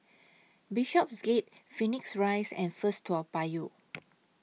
Bishopsgate Phoenix Rise and First Toa Payoh